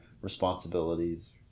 responsibilities